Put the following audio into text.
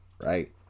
right